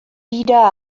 bira